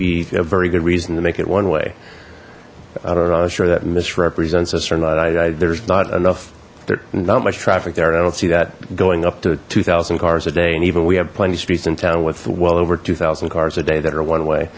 be a very good reason to make it one way i don't know i'm sure that misrepresents us or not i there's not enough there not much traffic there and i don't see that going up to two thousand cars a day and even we have plenty of streets in town with well over two thousand cars a day that are one way